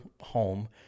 home